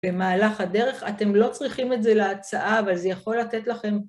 במהלך הדרך, אתם לא צריכים את זה להצעה, אבל זה יכול לתת לכם